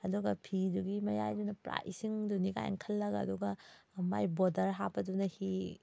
ꯑꯗꯨꯒ ꯐꯤꯗꯨꯒꯤ ꯃꯌꯥꯏꯗꯨꯅ ꯄꯨꯔꯥ ꯏꯁꯤꯡꯗꯨꯅꯤ ꯀꯥꯏꯅ ꯈꯜꯂꯒ ꯑꯗꯨꯒ ꯃꯥꯏ ꯕꯣꯔꯗꯔ ꯍꯥꯞꯄꯗꯨꯅ ꯍꯤ